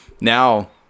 now